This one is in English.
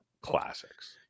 classics